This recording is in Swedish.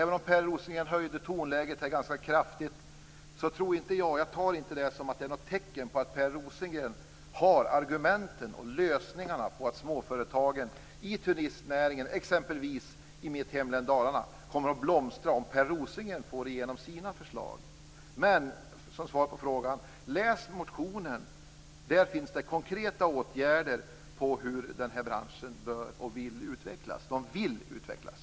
Per Rosengren höjde tonläget ganska kraftigt, men jag tar det inte som ett tecken på att han har argumenten och lösningarna. Jag tror inte att småföretagen i turistnäringen i exempelvis mitt hemlän Dalarna kommer att blomstra om Per Rosengren får igenom sina förslag. Som svar på frågan vill jag säga att Per Rosengren skall läsa motionen. Där finns det förslag till konkreta åtgärder som kan vidtas för att denna bransch skall utvecklas. Man vill utvecklas.